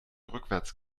rückwärts